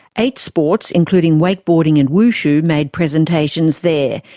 eight sports, including wakeboarding and wushu, made presentations there,